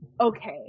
okay